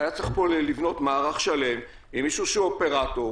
היה צריך פה לבנות מערך שלם עם מישהו שהוא אופרטור,